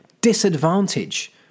disadvantage